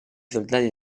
soldati